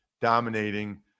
dominating